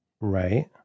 right